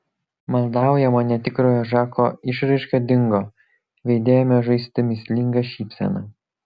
maldaujama netikrojo žako išraiška dingo veide ėmė žaisti mįslinga šypsena